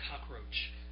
cockroach